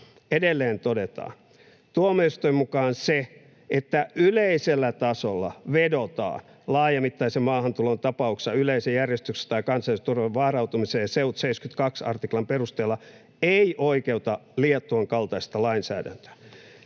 Edelleen todetaan: ”Tuomioistuimen mukaan se, että yleisellä tasolla vedotaan laajamittaisen maahantulon tapauksessa yleisen järjestyksen tai kansallisen turvallisuuden vaarantumiseen SEUT 72 artiklan perusteella, ei oikeuta Liettuan kaltaista lainsäädäntöä.”